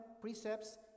precepts